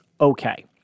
okay